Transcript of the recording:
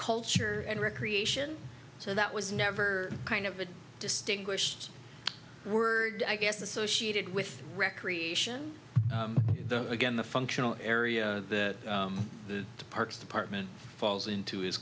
culture and recreation so that was never kind of a distinguished word i guess associated with recreation the again the functional area that the parks department falls into is